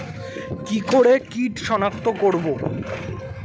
কি করে কিট শনাক্ত করব?